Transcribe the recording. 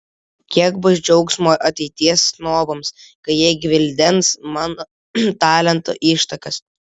kiek bus džiaugsmo ateities snobams kai jie gvildens mano talento ištakas